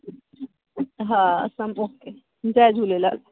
हा ओके जय झूलेलाल